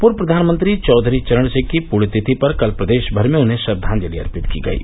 पूर्व प्रधानमंत्री चौधरी चरण सिंह की पृण्यतिथि पर कल प्रदेश भर में उन्हें श्रद्वांजलि अर्पित की गयी